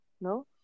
no